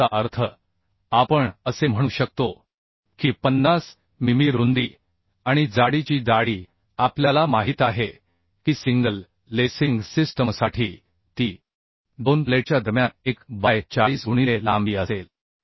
याचा अर्थ आपण असे म्हणू शकतो की 50 मिमी रुंदी आणि जाडीची जाडी आपल्याला माहित आहे की सिंगल लेसिंग सिस्टमसाठी ती दोन प्लेटच्या दरम्यान 1 बाय 40 गुणिले लांबी असेल